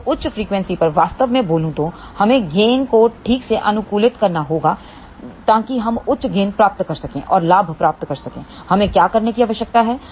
तो उच्च फ्रीक्वेंसी पर वास्तव में बोलूं तो हमें गेन को ठीक से अनुकूलित करना होगा ताकि हम उच्च गेन प्राप्त कर सकें और लाभ प्राप्त कर सकें हमें क्या करने की आवश्यकता है